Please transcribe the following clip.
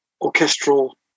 orchestral